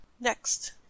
Next